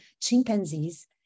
chimpanzees